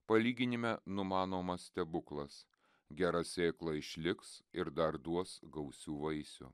palyginime numanomas stebuklas gera sėkla išliks ir dar duos gausių vaisių